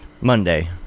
Monday